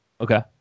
Okay